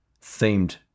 themed